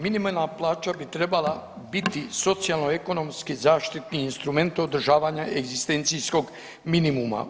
Minimalna plaća bi trebala biti socijalno-ekonomski zaštitni instrument održavanja egzistencijskog minimuma.